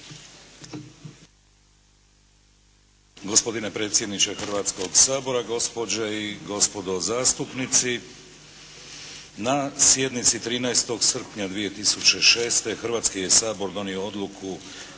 Gospodine predsjedniče Hrvatskoga sabora, gospođe i gospodo zastupnici. Na sjednici 13. srpnja 2006. Hrvatski je sabor donio Odluku